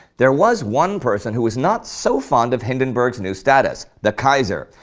there was one person who was not so fond of hindenburg's new status, the kaiser.